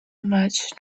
much